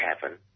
happen